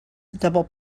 double